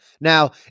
Now